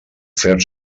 fer